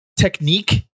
technique